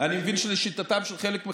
אני רק מבקש, אני מבין שלשיטתם, מה?